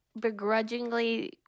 begrudgingly